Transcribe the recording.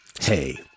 Hey